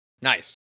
Nice